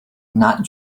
not